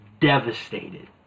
devastated